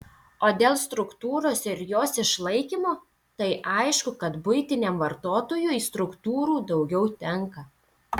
o dėl struktūros ir jos išlaikymo tai aišku kad buitiniam vartotojui struktūrų daugiau tenka